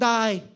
die